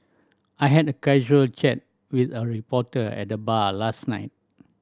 I had a casual chat with a reporter at the bar last night